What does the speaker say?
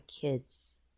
kids